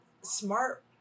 smart